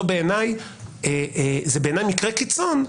זה בעיניי מקרה קיצון.